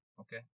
okay